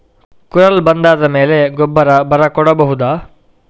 ಕುರಲ್ ಬಂದಾದ ಮೇಲೆ ಗೊಬ್ಬರ ಬರ ಕೊಡಬಹುದ?